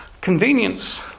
Convenience